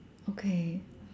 okay